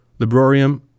Librorium